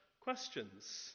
questions